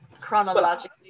chronologically